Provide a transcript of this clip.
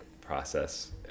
process